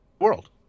world